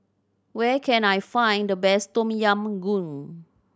where can I find the best Tom Yam Goong